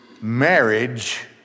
marriage